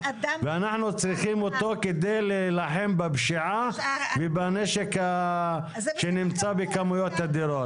ואנחנו צריכים אותו כדי להילחם בפשיעה ובנשק שנמצא בכמויות אדירות.